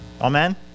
Amen